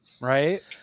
Right